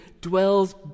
dwells